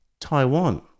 Taiwan